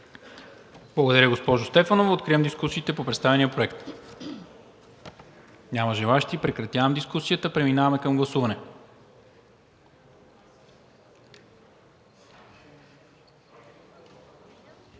Благодаря, госпожо Стефанова. Откривам дискусиите по представения Проект. Няма желаещи. Прекратявам дискусията. Преминаваме към гласуване.